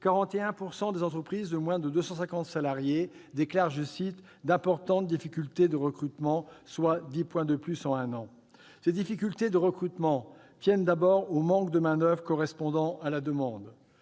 41 % des entreprises de moins de 250 salariés déclarent « d'importantes difficultés de recrutement », soit dix points de plus en un an. Ces difficultés de recrutement tiennent d'abord aux manques de main-d'oeuvre correspondant à la demande.